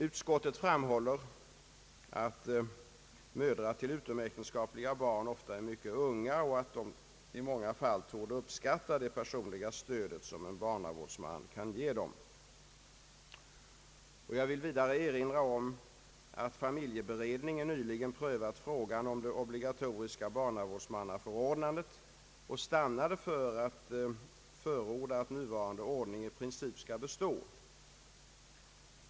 Utskottet framhåller att mödrar till utomäktenskapliga barn ofta är mycket unga och att de i många fall torde uppskatta det personliga stöd som en barnavårdsman kan ge dem. Jag vill vidare erinra om att familjeberedningen nyligen prövat frågan om det obligatoriska barnavårdsmannaförordnandet och stannat för att förorda att nuvarande ordning i princip skall bestå.